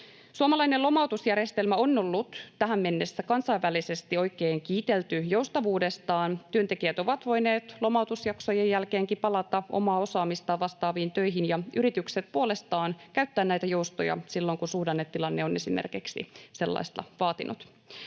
Suomalainen lomautusjärjestelmä on ollut tähän mennessä kansainvälisesti oikein kiitelty joustavuudestaan. Työntekijät ovat voineet lomautusjaksojen jälkeenkin palata omaa osaamistaan vastaaviin töihin ja yritykset puolestaan käyttää näitä joustoja silloin, kun esimerkiksi suhdannetilanne on sellaista vaatinut.